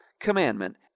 commandment